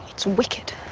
it's wicked.